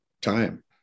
time